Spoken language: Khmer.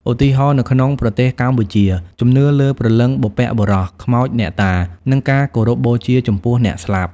ឧទាហរណ៍ នៅក្នុងប្រទេសកម្ពុជា ជំនឿលើព្រលឹងបុព្វបុរស ខ្មោចអ្នកតា និងការគោរពបូជាចំពោះអ្នកស្លាប់។